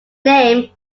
name